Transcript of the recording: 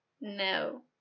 No